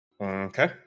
Okay